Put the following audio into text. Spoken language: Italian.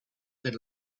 per